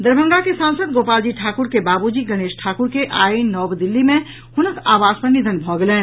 दरभंगा के सांसद गोपालजी ठाकुर के बाबुजी गणेश ठाकुर के आई नव दिल्ली मे हुनक आवास पर निधन भऽ गेलनि